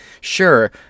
sure